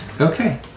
Okay